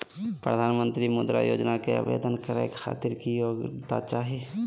प्रधानमंत्री मुद्रा योजना के आवेदन करै खातिर की योग्यता चाहियो?